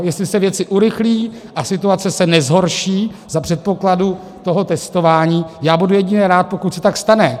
Jestli se věci urychlí a situace se nezhorší za předpokladu toho testování, já budu jedině rád, pokud se tak stane.